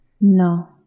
No